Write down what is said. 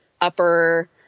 upper